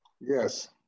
Yes